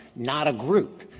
not a group.